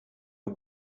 aux